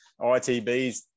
ITBs